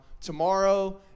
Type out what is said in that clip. tomorrow